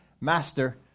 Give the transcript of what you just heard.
master